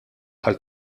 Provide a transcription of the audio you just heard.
bħal